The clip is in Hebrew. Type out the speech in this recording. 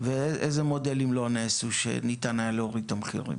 ואיזה מודלים לא נעשו שניתן היה להוריד את המחירים?